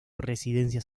residencia